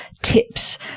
tips